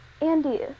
Andy